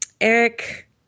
Eric